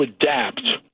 adapt